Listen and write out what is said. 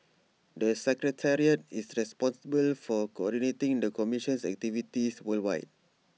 the secretariat is responsible for coordinating the commission's activities worldwide